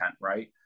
right